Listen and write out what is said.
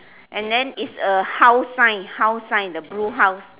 and then is a house sign house sign the blue house